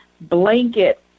blanket